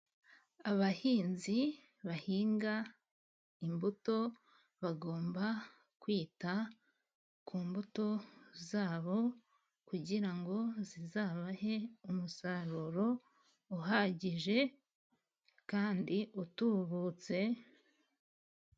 Abahinzi bahinga imbuto, bagomba kwita ku mbuto zabo, kugira ngo zizabahe umusaruro uhagije kandi utubutse.